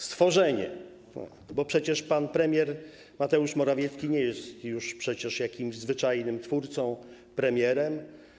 Stworzenie”, bo przecież pan premier Mateusz Morawiecki nie jest już przecież jakimś zwyczajnym twórcą, premierem.